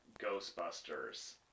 Ghostbusters